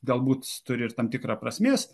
galbūt turi ir tam tikrą prasmės